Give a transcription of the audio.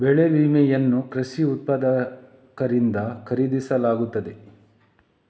ಬೆಳೆ ವಿಮೆಯನ್ನು ಕೃಷಿ ಉತ್ಪಾದಕರಿಂದ ಖರೀದಿಸಲಾಗುತ್ತದೆ